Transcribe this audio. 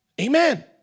Amen